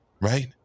right